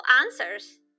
answers